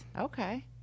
Okay